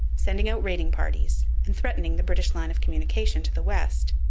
sending out raiding parties, and threatening the british line of communication to the west.